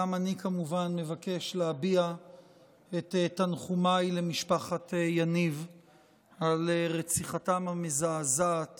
גם אני כמובן מבקש להביע את תנחומיי למשפחת יניב על רציחתם המזעזעת